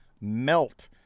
melt